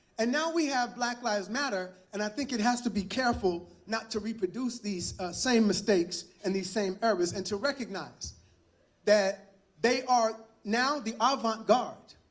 and now we have black lives matter, and i think it has to be careful not to reproduce these same mistakes and these same errors. and to recognize that they are now the avant-garde